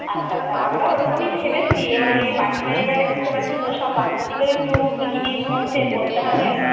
আচ্ছা আচ্ছা আমরাও ওরকমই ভেবেছি এবারে বাকিটা এবারে বুঝতে পারছেন তো সব বাচ্চাদিকেও একটু মিটিংয়ের মধ্যে বলতে হবে আর কি